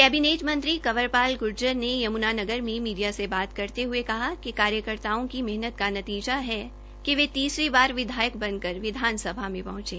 cabinet मंत्री कंवरपाल गुर्जर ने यमुनानगर में मीडिया से बात करते हुए कहा कि कार्यकर्ताओं की मेहनत का नतीजा है कि वे तीसरी बार विधायक बन कर विधानसभ्ज्ञा में पहुंचे